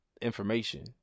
information